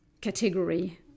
category